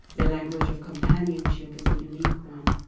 the language of companionship is a unique one.